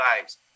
lives